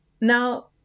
Now